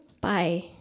bye